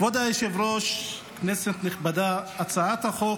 כבוד היושב-ראש, כנסת נכבדה, הצעת החוק